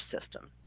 system